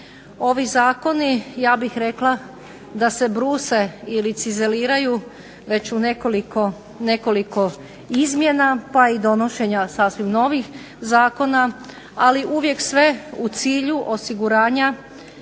ovi zakoni ja bih rekla da se bruse ili cizeliraju već u nekoliko izmjena pa i donošenja sasvim novih zakona, ali uvijek sve u cilju osiguranja